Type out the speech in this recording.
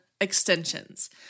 extensions